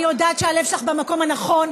אני יודעת שהלב שלך במקום הנכון,